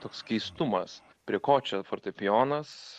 toks keistumas prie ko čia fortepijonas